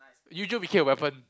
Eugeo became a weapon